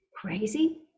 crazy